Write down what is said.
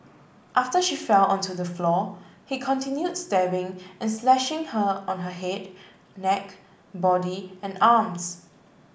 after she fell on to the floor he continued stabbing and slashing her on her head neck body and arms